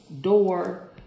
door